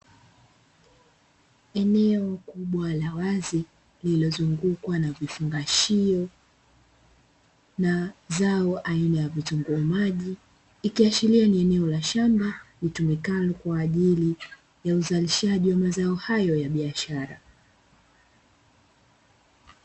Eneo kubwa la wazi lililozungukwa na vifungashio vya zao aina ya vitunguu maji, ikiashiria ni eneo la shamba litumikalo kwa ajili ya uzalishaji wa mazao hayo ya biashara.